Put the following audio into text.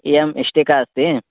एवम् इष्टिका अस्ति